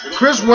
Chris